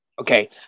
okay